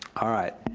alright,